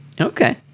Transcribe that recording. Okay